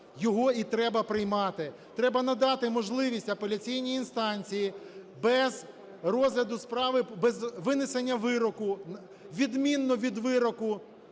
його і треба приймати. Треба надати можливість апеляційній інстанції без розгляду справи, без винесення вироку, відмінно від вироку